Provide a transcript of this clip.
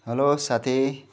hello साथी